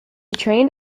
trained